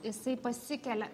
jisai pasikelia